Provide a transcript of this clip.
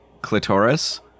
clitoris